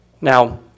Now